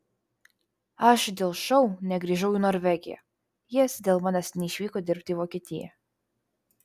aš dėl šou negrįžau į norvegiją jis dėl manęs neišvyko dirbti į vokietiją